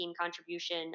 contribution